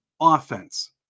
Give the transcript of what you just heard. offense